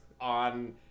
on